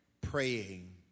Praying